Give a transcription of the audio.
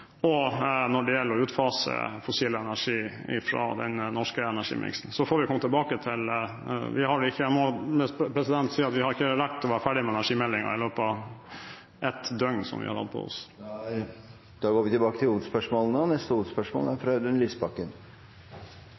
og når det gjelder å utfase fossil energi fra den norske energimiksen. Så får vi komme tilbake – vi har ikke rukket å bli ferdig med energimeldingen i løpet av ett døgn, som vi har hatt på oss. Vi går videre til neste hovedspørsmål. Spørsmålet mitt går til helse- og omsorgsministeren. Sist fredag kunne vi lese om hjelpepleierne Karin Rones og